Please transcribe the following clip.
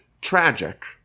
tragic